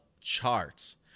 charts